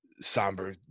somber